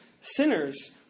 sinners